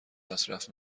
مصرف